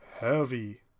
heavy